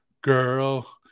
girl